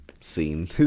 scene